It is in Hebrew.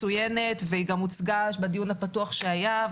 זו מערכת מצוינת והיא גם הוצגה בדיון הפתוח שהיה,